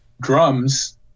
drums